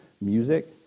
music